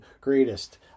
greatest